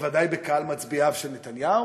בוודאי בקהל מצביעיו של נתניהו,